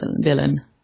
villain